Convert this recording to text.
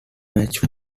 match